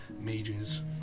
mages